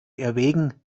erwägen